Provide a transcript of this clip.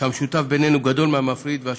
שהמשותף בינינו גדול מהמפריד והשונה,